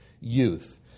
youth